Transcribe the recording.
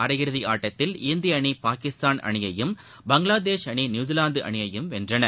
அரையிறுதி ஆட்டத்தில் இந்திய அணி பாகிஸ்தான் அணியையும் பங்களாதேஷ் அணி நியூசிலாந்து அணியையும் வென்றன